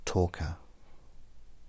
Talker